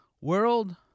world